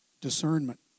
discernment